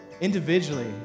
individually